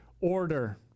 Order